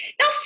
Now